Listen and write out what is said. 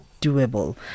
doable